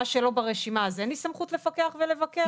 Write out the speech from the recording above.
מה שלא ברשימה, אז אין לי סמכות לפקח ולבקר?